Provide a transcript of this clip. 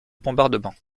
bombardements